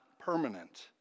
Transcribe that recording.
permanent